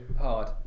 hard